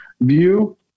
view